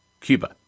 Cuba